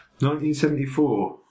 1974